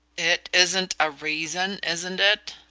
it isn't a reason, isn't it?